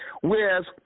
Whereas